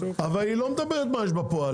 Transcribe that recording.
אבל היא לא מדברת על מה שיש בפועל,